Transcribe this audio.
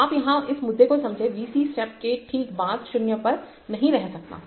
आप यहां इस मुद्दे को समझे V c स्टेप के ठीक बाद 0 पर नहीं रह सकता है